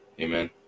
Amen